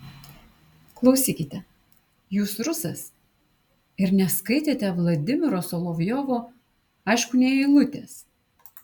klausykite jūs rusas ir neskaitėte vladimiro solovjovo aišku nė eilutės